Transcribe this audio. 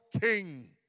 King